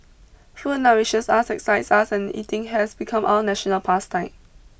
food nourishes us excites us and eating has become our national past time